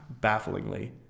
bafflingly